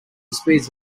spears